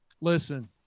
Listen